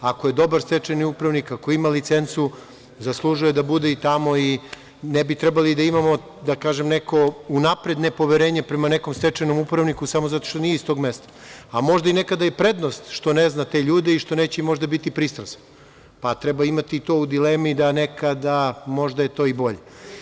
Ako je dobar stečajni upravnik, ako ima licencu, zaslužuje da bude tamo i ne bi trebali da imamo, da kažem, neko unapred nepoverenje prema nekom stečajnom upravniku samo zato što nije iz tog mesta, a možda je i prednost što ne zna te ljude i što neće možda biti pristrasan, pa treba imati i to u dilemi da je nekada možda to i bolje.